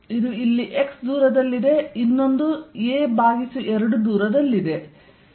ಇದು ಇಲ್ಲಿ x ದೂರದಲ್ಲಿದೆ ಇದು a2 ದೂರದಲ್ಲಿದೆ